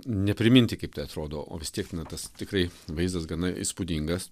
ne priminti kaip tai atrodo o vistiek na tas tikrai vaizdas gana įspūdingas